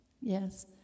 yes